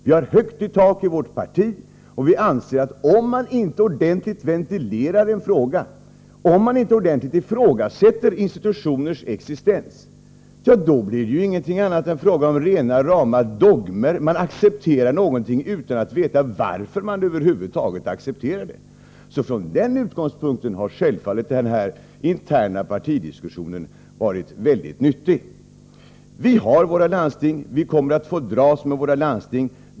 Vi har högt i tak i vårt parti, och vi anser att om man inte ordentligt ventilerar en fråga, om man inte ordentligt ifrågasätter institutioners existens, då är det bara fråga om rena rama dogmer — man accepterar någonting utan att veta varför man över huvud taget accepterar det. Från den utgångspunkten har självfallet denna interna partidiskussion varit mycket nyttig. Vi har våra landsting, och vi kommer att få dras med dem.